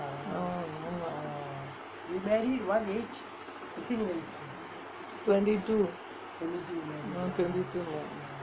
mm ஆமா:aamaa twenty two